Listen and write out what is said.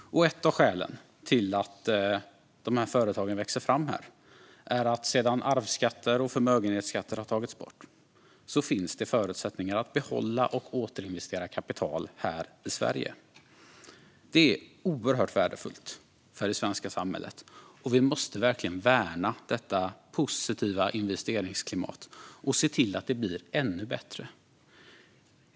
Ett av skälen till att dessa företag växer fram här är att det efter att arvsskatter och förmögenhetsskatter tagits bort finns förutsättningar att behålla och återinvestera kapital i Sverige. Detta är oerhört värdefullt för det svenska samhället. Vi måste verkligen värna detta positiva investeringsklimat och se till att det blir ännu bättre.